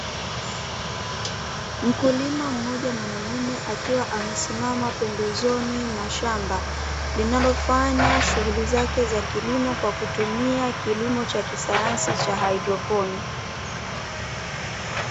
Mkulima mmoja mwanaume akiwa amesimama pembeni ya shamba, linalofanya shughuli zake za kilimo kwa kutumia kilimo cha kisayansi cha hidroponiki.